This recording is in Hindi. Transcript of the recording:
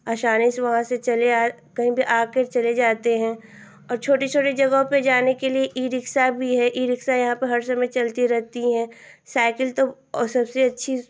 आसानी से वहाँ से चले आ कहीं पर आ कर चले जाते हैं और छोटी छोटी जगहों पर जाने के लिये इ रिक्सा भी है इ रिक्सा यहाँ पर हर समय चलती रहती हैं साइकिल तो और सबसे अच्छी